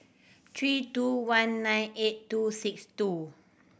three two one nine eight two six two